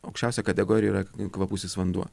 aukščiausia kategorija yra kvapusis vanduo